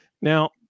Now